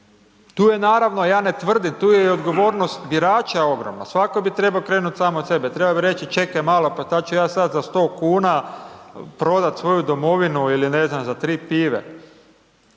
Tu je naravno, ja ne tvrdim, tu je i odgovornost birača ogromna, svatko bi trebao krenut sam od sebe, trebao bi reći čekaj malo, pa šta ću ja sada za 100,00 kn prodat svoju domovinu ili ne znam za 3 pive,